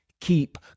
Keep